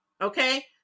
Okay